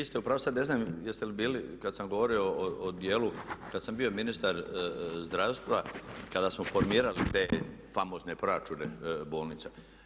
Vi ste u pravu, sada ne znam jeste li bili kada sam govorio o dijelu kada sam bio ministar zdravstva kada smo formirali te famozne proračune bolnica.